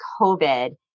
COVID